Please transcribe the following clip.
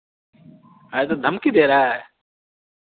हैं तो धमकी दे रहा है